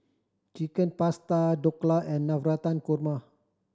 Chicken Pasta Dhokla and Navratan Korma